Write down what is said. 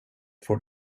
får